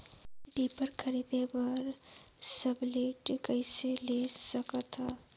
Reaper खरीदे बर subsidy कइसे ले सकथव?